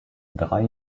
drei